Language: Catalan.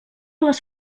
les